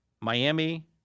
Miami